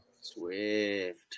Swift